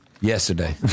yesterday